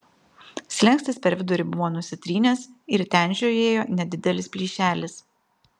slenkstis per vidurį buvo nusitrynęs ir ten žiojėjo nedidelis plyšelis